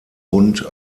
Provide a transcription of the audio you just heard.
bund